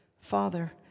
Father